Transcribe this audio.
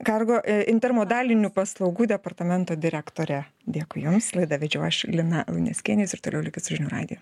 kargo intermodalinių paslaugų departamento direktorė dėkui jums laidą vedžiau aš lina luneckienė jūs ir toliau likit su žinių radiju